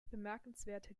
bemerkenswerte